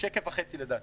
יש עוד שקף וחצי לדעתי.